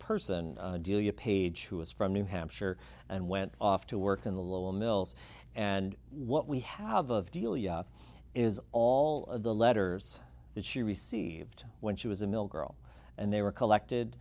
person delia paige who is from new hampshire and went off to work in the local mills and what we have of delia is all the letters that she received when she was a mill girl and they were collected